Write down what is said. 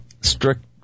Strict